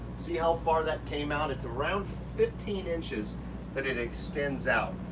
see how far that came out? it's around fifteen inches that it extends out.